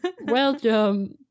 Welcome